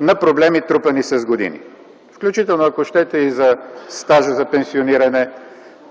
на проблеми, трупани с години, включително, ако щете, за стажа за пенсиониране,